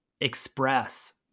express